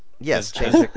Yes